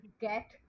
get